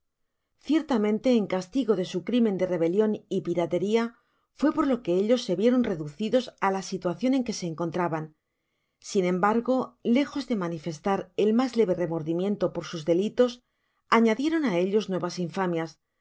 ciertamente en castigo de su crimen de rebelion y pirateria fué por lo que ellos se vie ron reducidos á la situacion en que se encontraban sin embargo lejos de manifestar el mas leve remordimiento por sus delitos añadieron á ellos nuevas infamias